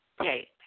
Okay